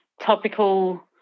topical